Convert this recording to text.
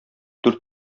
дүрт